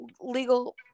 legal